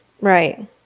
right